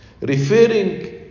referring